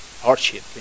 hardship